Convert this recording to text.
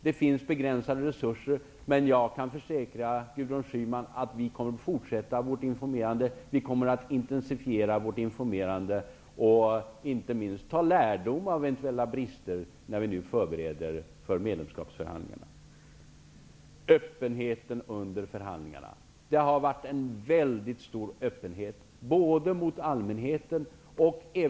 Det finns begränsade resurser, men jag kan försäkra Gudrun Schyman att vi kommer att fortsätta vårt informerande. Vi kommer att intensifiera vårt informerande. Inte minst kommer vi att ta lärdom av eventuella brister när vi nu förbereder medlemskapsförhandlingarna. Öppenheten under förhandlingarna har varit väldigt stor gentemot allmänheten.